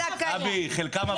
גבי, חלקם עבריינים.